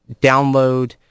download